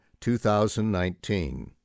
2019